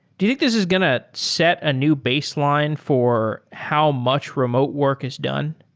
do you think this is going to set a new baseline for how much remote work is done?